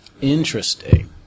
Interesting